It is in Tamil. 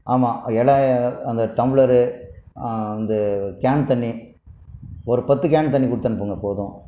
ஆமாம் இலை அந்த டம்ளரு வந்து கேன் தண்ணி ஒரு பத்து கேன் தண்ணி கொடுத்து அனுப்புங்கள் போதும்